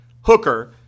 Hooker